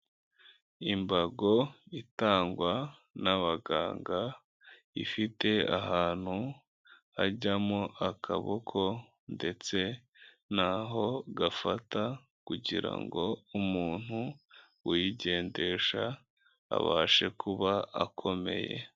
Imbago itangwa n'abaganga, ifite ahantu hajyamo akaboko ndetse n'aho gafata kugira ngo umuntu uyigendesha abashe kuba akomeye.